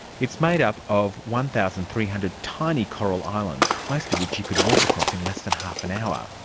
it's made up of one thousand three hundred tiny coral islands, most of which you could walk across in less than half an hour.